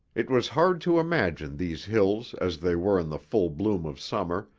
it was hard to imagine these hills as they were in the full bloom of summer,